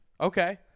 Okay